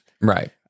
right